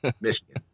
Michigan